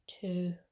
two